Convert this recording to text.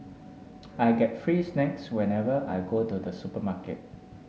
I get free snacks whenever I go to the supermarket